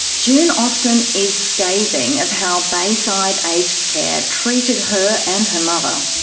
june austen is scathing of how bayside aged care treated her and her mother.